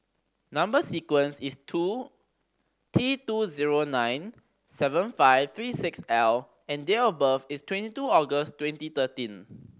number sequence is two T two zero nine seven five three six L and date of birth is twenty two August twenty thirteen